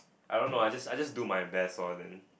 I don't know I just I just do my best lor then